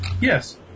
Yes